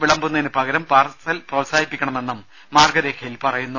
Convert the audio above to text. വിളമ്പുന്നതിന് പകരം പാർസൽ പ്രോത്സാഹിപ്പിക്കണമെന്നും മാർഗ്ഗരേഖയിൽ പറയുന്നു